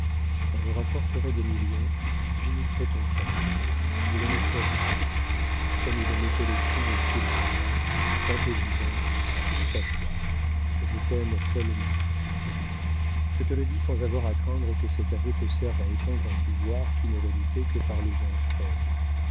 quand je rapporterais des millions j'imiterais ton père je les mettrais à tes pieds comme il mettait les siens aux pieds de ta mère en te disant tout est à toi je t'aime follement natalie je te le dis sans avoir à craindre que cet aveu te serve à étendre un pouvoir qui n'est redouté que par les gens faibles